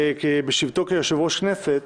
בשבתו כיושב-ראש הכנסת,